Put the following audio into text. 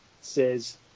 says